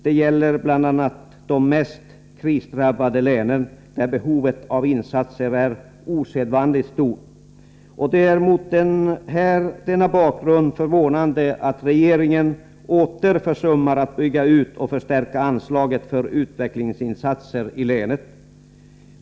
Det gäller bl.a. de mest krisdrabbade länen, där behovet av insatser är osedvanligt stort. Mot denna bakgrund är det förvånande att regeringen åter försummar att bygga ut och förstärka anslaget för utvecklingsinsatser i länen.